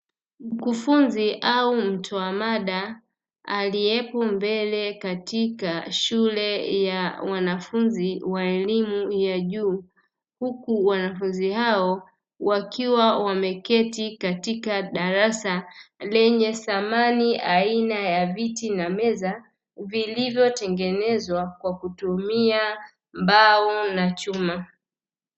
Mkufunzi au mtoa mada aliyepo mbele katika shule ya wanafunzi wa elimu ya juu, huku wanafunzi hao wakiwa wameketi katika darasa lenye samani aina ya viti na meza, vilivyotengenezwa kwa kutumia mbao na chuma.